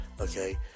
okay